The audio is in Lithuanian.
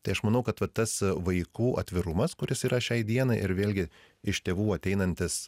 tai aš manau kad va tas vaikų atvirumas kuris yra šiai dienai ir vėlgi iš tėvų ateinantis